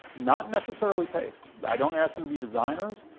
not necessarily taste, i don't ask them to be designers,